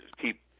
keep